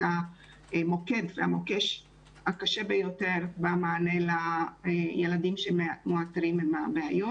מוקש הקשה ביותר במענה לילדים שמאותרים עם הבעיות